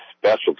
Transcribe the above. specialty